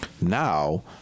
Now